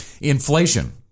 Inflation